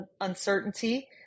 uncertainty